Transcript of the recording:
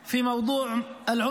בבקשה.